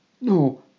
No